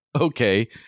okay